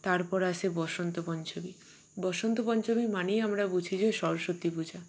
তারপর আসে বসন্ত পঞ্চমী বসন্ত পঞ্চমী মানেই আমরা বুঝি যে সরস্বতী পূজা